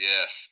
Yes